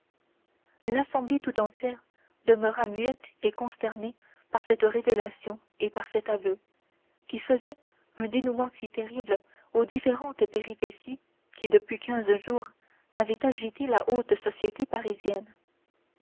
l'assemblée tout entière demeura muette et consternée par cette révélation et par cet aveu qui faisaient un dénouement si terrible aux différentes péripéties qui depuis quinze jours avaient agité la haute société parisienne